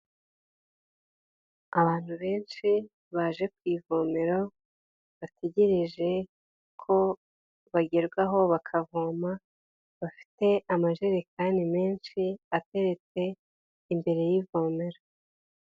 Abantu benshi baje ku ivomero, bategereje ko bagerwaho bakavoma, bafite amajerekani menshi ateretse imbere y'ivomero.